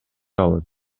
алат